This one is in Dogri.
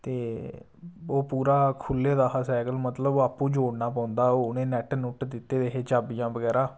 ते ओह् पूरा खुल्ले दा हा सैकल मतलब ओह् आपूं जोड़ना पौंदा ओह् उ'नें नैट्ट नुट्ट दित्ते दे हे चाबियां बगैरा